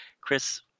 Chris